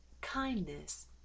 kindness